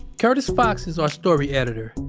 curtis fox is our story editor.